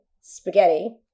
spaghetti